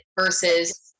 versus